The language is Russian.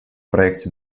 проекте